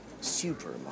Super